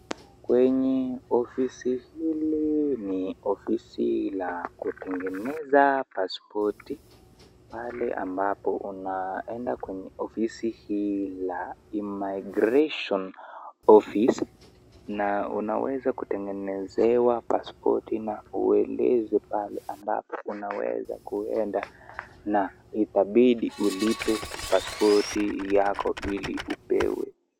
Kwenye ofisi hili ni ofisi la kitengenesa passpoti pale ambapo unaenda kwenye ofisi hii la immigration office na unaweza kutengenesewa passpoti na ueleze pale ambapo unaweza kuenda na utabidi ulipe passpoti yako hili upewe.